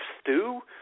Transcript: stew